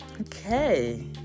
Okay